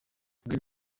gen